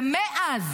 ומאז,